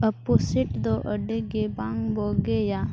ᱟᱹᱯᱩᱥᱤᱴ ᱫᱚ ᱟᱹᱰᱤ ᱜᱮ ᱵᱟᱝ ᱵᱳᱜᱮᱭᱟ